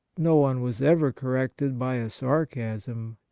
no one was ever corrected by a sarcasm,